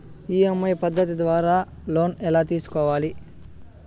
EMI పద్ధతి ద్వారా loan ఎలా తీసుకోవాలి